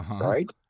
right